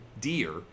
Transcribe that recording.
dear